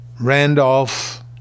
Randolph